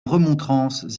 remontrances